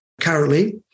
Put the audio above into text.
currently